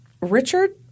Richard